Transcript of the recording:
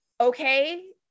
okay